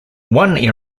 one